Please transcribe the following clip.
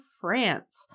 France